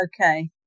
Okay